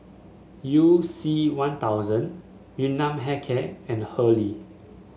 You C One Thousand Yun Nam Hair Care and Hurley